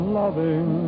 loving